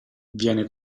viene